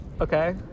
okay